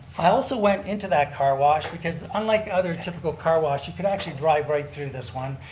i also went into that car wash because unlike other typical car wash, you could actually drive right through this one.